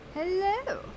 Hello